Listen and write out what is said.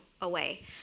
away